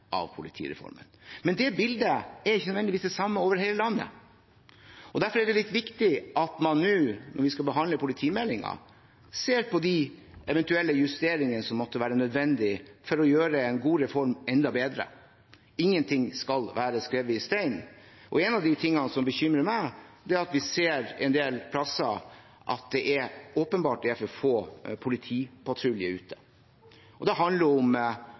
ikke nødvendigvis det samme over hele landet. Derfor er det viktig nå når vi skal behandle politimeldingen, at vi ser på de eventuelle justeringene som måtte være nødvendige for å gjøre en god reform enda bedre. Ingenting skal være hugget i stein. Én av de tingene som bekymrer meg, er at vi ser en del plasser at det åpenbart er for få politipatruljer ute. Det handler om